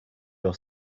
your